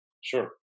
Sure